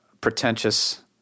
pretentious